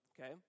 okay